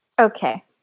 Okay